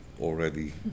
already